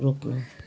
रोक्नु